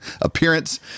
appearance